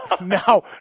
Now